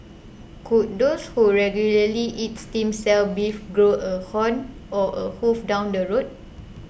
could those who regularly eat stem cell beef grow a horn or a hoof down the road